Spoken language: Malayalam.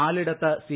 നാലിടത്ത് സി